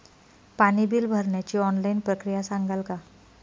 पाणी बिल भरण्याची ऑनलाईन प्रक्रिया सांगाल का?